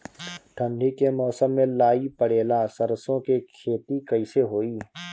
ठंडी के मौसम में लाई पड़े ला सरसो के खेती कइसे होई?